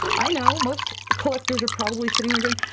i know most collectors are probably sitting there going,